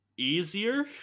easier